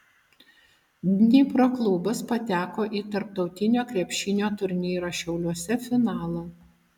dnipro klubas pateko į tarptautinio krepšinio turnyro šiauliuose finalą